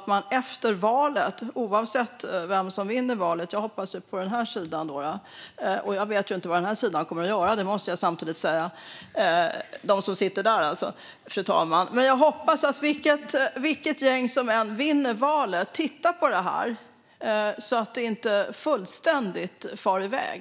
att man efter valet, oavsett vem som vinner - jag hoppas ju på den sida som jag själv tillhör, och, måste jag samtidigt säga, jag vet ju inte vad den andra sidan kommer att göra - tittar på detta så att det inte fullständigt far iväg.